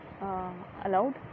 allowed